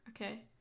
okay